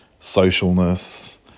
socialness